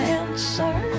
answer